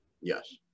Yes